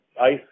ice